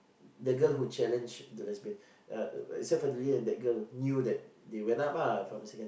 the girl who challenged the lesbian uh except for the leader and that girl knew that they went up ah if I'm not mistaken